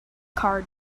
card